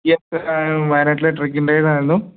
yes വയനാട്ടിലെ trekking ഗൈഡായിരുന്നു